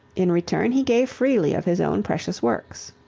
in return he gave freely of his own precious works.